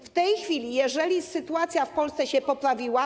W tej chwili, skoro sytuacja w Polsce się poprawiła.